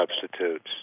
substitutes